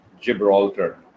Gibraltar